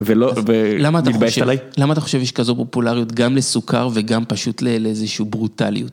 למה אתה מתבייש עלי? למה אתה חושב שיש כזו פופולריות גם לסוכר וגם פשוט לאיזושהי ברוטליות?